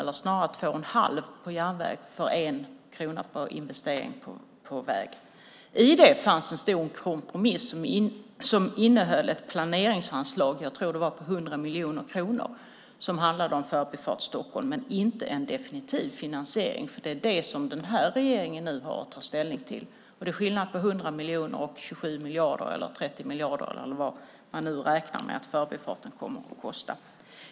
Eller det var snarare två och en halv krona på järnväg för varje krona som investerades i väg. I det fanns en stor kompromiss som innehöll ett planeringsanslag - jag tror att det var på 100 miljoner kronor - som handlade om Förbifart Stockholm. Men det var inte en definitiv finansiering. Det är det som den här regeringen nu har att ta ställning till. Och det är skillnad på 100 miljoner och 27 eller 30 miljarder eller vad man nu räknar med att förbifarten kommer att kosta.